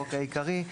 החוק העיקרי,